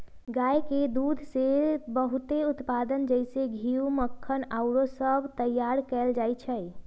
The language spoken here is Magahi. गाय के दूध से बहुते उत्पाद जइसे घीउ, मक्खन आउरो सभ तइयार कएल जाइ छइ